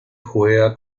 juega